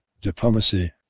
diplomacy